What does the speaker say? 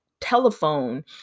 telephone